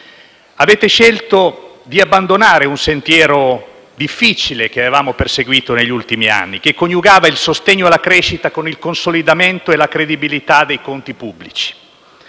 Avete scelto di abbandonare il sentiero difficile che avevamo perseguito negli ultimi anni, che coniugava il sostegno alla crescita con il consolidamento e la credibilità dei conti pubblici.